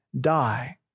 die